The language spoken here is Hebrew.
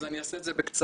אז אני אעשה את זה בקצרה.